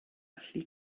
allu